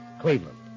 Cleveland